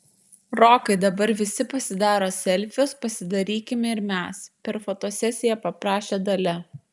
rokai dabar visi pasidaro selfius pasidarykime ir mes per fotosesiją paprašė dalia